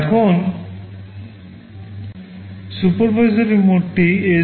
এখন SUPERVISORY মোডটি svc